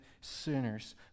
sinners